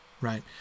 right—